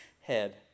head